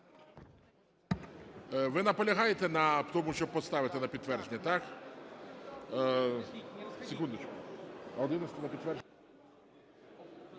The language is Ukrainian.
Ви наполягаєте на тому, щоб поставити на підтвердження, так? Секундочку.